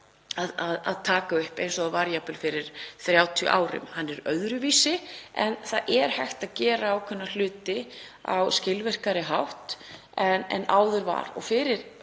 að taka upp eins og það var jafnvel fyrir 30 árum. Hann er öðruvísi en það er hægt að gera ákveðna hluti á skilvirkari hátt en áður var. Fyrir